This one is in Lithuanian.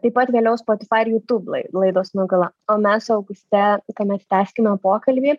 taip pat vėliau spotifai ir jutūb laidos nugula o mes su auguste tuomet tęskime pokalbį